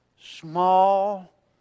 small